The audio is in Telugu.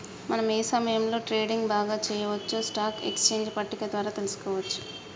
మనం ఏ సమయంలో ట్రేడింగ్ బాగా చెయ్యొచ్చో స్టాక్ ఎక్స్చేంజ్ పట్టిక ద్వారా తెలుసుకోవచ్చు